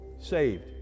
saved